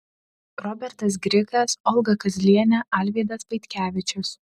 robertas grigas olga kazlienė alvydas vaitkevičius